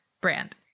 brand